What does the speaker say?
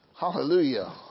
Hallelujah